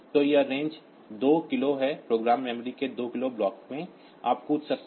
तो यह range 2 k है प्रोग्राम मेमोरी के 2 k ब्लॉक में आप जंप सकते हैं